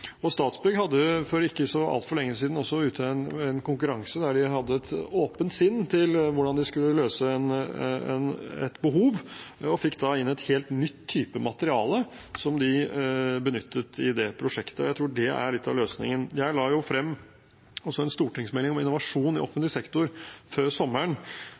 Statsbygg hadde, for ikke så altfor lenge siden, ute en konkurranse der de hadde et åpent sinn når det gjaldt hvordan man skulle løse et behov. De fikk da inn en helt ny type materiale, som de benyttet i det prosjektet. Jeg tror det er litt av løsningen. Jeg la frem en stortingsmelding om innovasjon i offentlig sektor før sommeren,